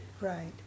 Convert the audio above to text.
Right